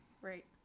right